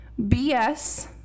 BS